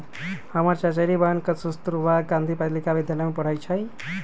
हमर चचेरी बहिन कस्तूरबा गांधी बालिका विद्यालय में पढ़इ छइ